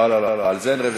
לא, לא, על זה אין רוויזיה.